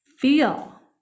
feel